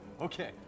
Okay